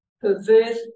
perverse